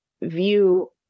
view